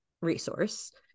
resource